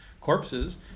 corpses